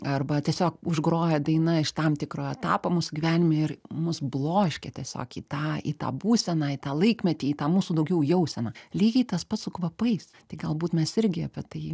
arba tiesiog užgroja daina iš tam tikro etapo mūsų gyvenime ir mus bloškia tiesiog į tą į tą būseną į tą laikmetį į tą mūsų daugiau jauseną lygiai tas pats su kvapais tai galbūt mes irgi apie tai